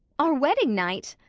our wedding night!